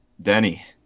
Denny